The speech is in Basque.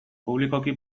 publikoki